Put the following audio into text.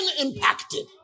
impacted